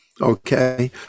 okay